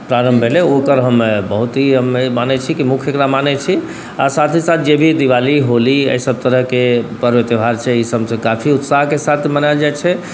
प्रारम्भ भेलै ओकर हम बहुत ही मानै छी कि मुख्य एकरा मानै छी आओर साथ ही साथ जे भी दिवाली होली एहिसब तरहके पर्व त्योहार छै ई सबसँ काफी उत्साहके साथ मनाएल जाइ छै